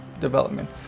development